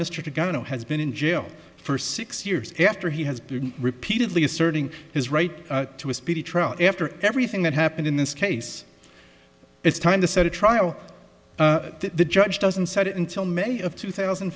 governor has been in jail for six years after he has been repeatedly asserting his right to a speedy trial after everything that happened in this case it's time to set a trial the judge doesn't set it until may of two thousand